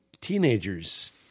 teenagers